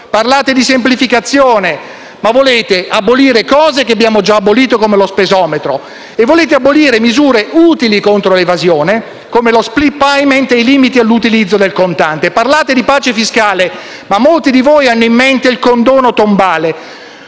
parlate di semplificazione, ma volete abolire cose che abbiamo già abolito, come lo spesometro, e volete abolire misure utili contro l'evasione, come lo *split payment* e i limiti all'utilizzo del contante. Parlate di pace fiscale, ma molti di voi hanno in mente il condono tombale.